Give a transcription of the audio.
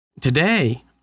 Today